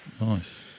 Nice